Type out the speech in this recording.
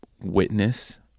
witness